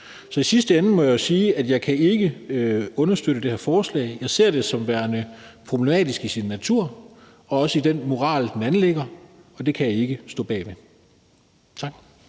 Så i sidste ende må jeg sige, at jeg ikke kan støtte det her forslag. Jeg ser det som værende problematisk i sin natur og også i den moral, som det anlægger. Det kan jeg ikke stå bag. Tak.